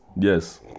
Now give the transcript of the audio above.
Yes